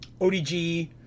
ODG